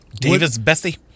Davis-Bessie